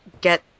get